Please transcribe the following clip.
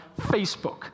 Facebook